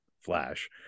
Flash